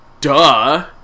Duh